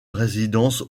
résidence